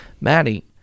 Maddie